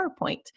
PowerPoint